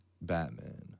Batman